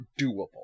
doable